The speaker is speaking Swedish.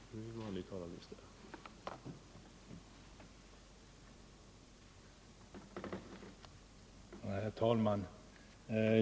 Herr talman!